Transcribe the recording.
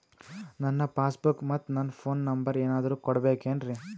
ನನ್ನ passbook ಮತ್ ನನ್ನ ಫೋನ್ ನಂಬರ್ ಏನಾದ್ರು ಕೊಡಬೇಕೆನ್ರಿ?